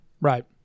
Right